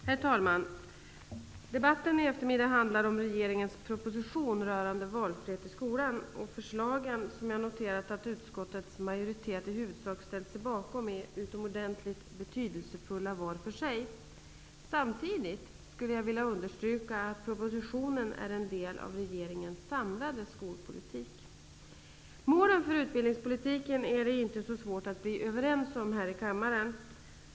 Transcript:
Herr talman! Dagens eftermiddagsdebatt handlar om regeringens proposition rörande Valfrihet i skolan. Förslagen som jag noterat att utskottets majoritet i huvudsak ställt sig bakom är var för sig utomordentligt betydelsefulla. Samtidigt skulle jag gärna vilja understryka att propositionen är en del av regeringens samlade skolpolitik. Målen för utbildningspolitiken är inte så svåra att bli överens om här i kammaren.